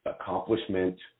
accomplishment